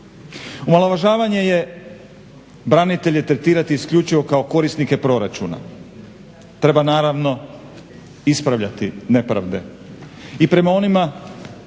Omalovažavanje je branitelje tretirati isključivo kao korisnike proračuna. Treba naravno ispravljati nepravde i prema onima